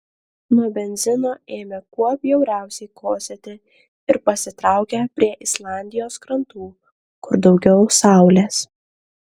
nuo benzino ėmė kuo bjauriausiai kosėti ir pasitraukė prie islandijos krantų kur daugiau saulės